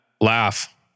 laugh